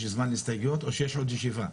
יש זמן להסתייגויות או שיש עוד ישיבה?